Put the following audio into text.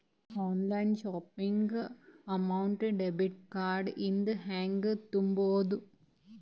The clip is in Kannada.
Online shopping amount debit card ಇಂದ ಹೆಂಗ್ ತುಂಬೊದು?